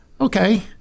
okay